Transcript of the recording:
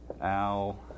Al